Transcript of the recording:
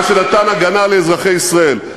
מה שנתן הגנה לאזרחי ישראל.